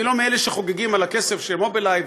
אני לא מאלה שחוגגים על הכסף של "מובילאיי".